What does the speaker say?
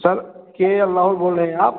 sir K L Rahul बोल रहे बोल रहे हैं आप